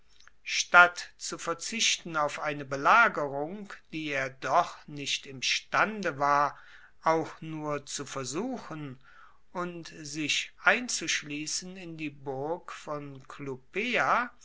statt zu verzichten auf eine belagerung die er doch nicht imstande war auch nur zu versuchen und sich einzuschliessen in die burg von clupea